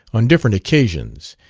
on different occasions,